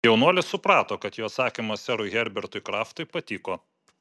jaunuolis suprato kad jo atsakymas serui herbertui kraftui patiko